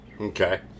Okay